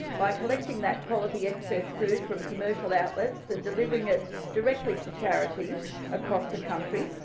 by collecting that quality excess food from commercial outlets and delivering it directly to charities across the country,